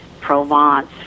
Provence